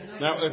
Now